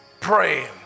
praying